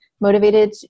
motivated